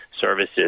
services